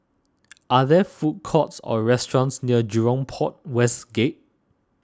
are there food courts or restaurants near Jurong Port West Gate